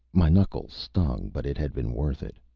my knuckles stung, but it had been worth it.